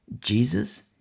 Jesus